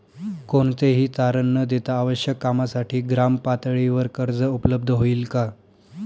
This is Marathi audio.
कोणतेही तारण न देता आवश्यक कामासाठी ग्रामपातळीवर कर्ज उपलब्ध होईल का?